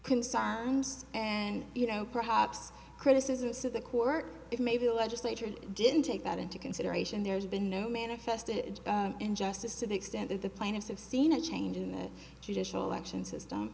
concerns and you know perhaps criticisms of the court it may be the legislature didn't take that into consideration there's been no manifest injustice to the extent that the plaintiffs have seen a change in the judicial action system